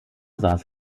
saß